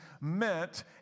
meant